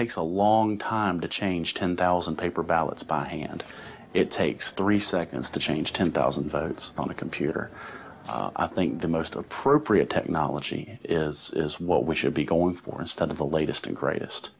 takes a long time to change ten thousand paper ballots by hand it takes three seconds to change ten thousand votes on a computer i think the most appropriate technology is is what we should be going for instead of the latest and greatest